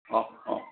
অহ্ অহ্